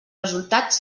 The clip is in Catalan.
resultats